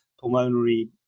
pulmonary